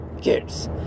kids